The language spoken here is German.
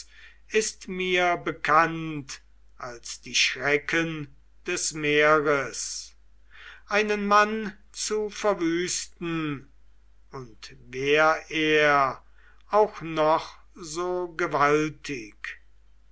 ist mir bekannt als die schrecken des meeres einen mann zu verwüsten und wär er auch noch so gewaltig